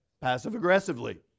passive-aggressively